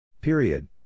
Period